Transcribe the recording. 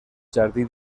jardí